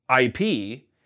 IP